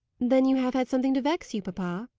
then you have had something to vex you, papa?